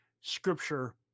scripture